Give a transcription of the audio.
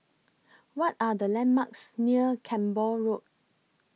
What Are The landmarks near Camborne Road